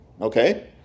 Okay